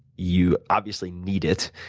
you obviously need it,